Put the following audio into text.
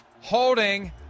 holding